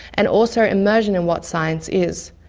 and also immersion in what science is.